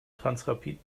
transrapid